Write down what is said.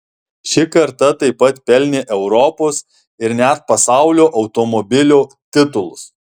ši karta taip pat pelnė europos ir net pasaulio automobilio titulus